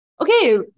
Okay